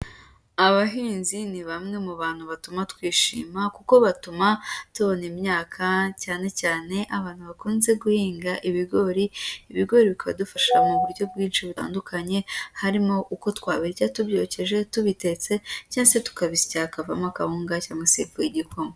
Abahinzi ni bamwe mu bantu batuma twishima kuko batuma tubona imyaka cyanecyane abantu bakunze guhinga ibigori, ibigori bikadufasha mu buryo bwinshi butandukanye, harimo uko twabirya tubyokeje, tubitetse cyangwa tukabisya hakavamo akabunga cyangwa se ifu y'igikoma.